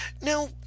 Now